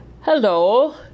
Hello